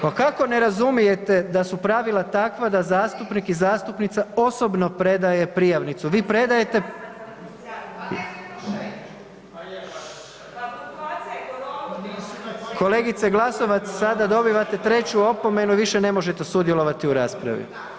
Pa kako ne razumijete da su pravila takva da zastupnik i zastupnica osobno predaje prijavnicu, vi predajte … [[Upadica: Ne razumije se.]] Kolegice Glasovac sada dobivate treću opomenu i više ne možete sudjelovati u raspravi.